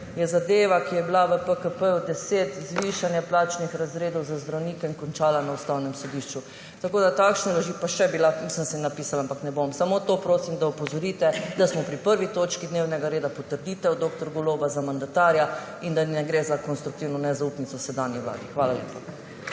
je zadeva, ki je bila v PKP10, zvišanje plačnih razredov za zdravnike, končala na Ustavnem sodišču. Takšne laži pa še bi lahko, sem si napisala, ampak ne bom. Samo to prosim, da opozorite, da smo pri 1. točki dnevnega reda, potrditev dr. Goloba za mandatarja, in da ne gre za konstruktivno nezaupnico sedanji vladi. Hvala lepa.